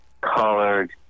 colored